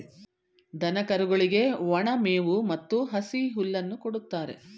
ದನ ಕರುಗಳಿಗೆ ಒಣ ಮೇವು ಮತ್ತು ಹಸಿ ಹುಲ್ಲನ್ನು ಕೊಡುತ್ತಾರೆ